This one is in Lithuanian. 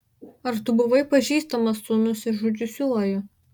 ar tu buvai pažįstamas su nusižudžiusiuoju